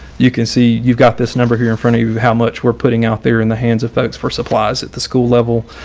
you can see you've got this number here in front of you how much we're putting out there in the hands of folks for supplies at the school level.